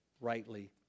rightly